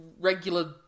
regular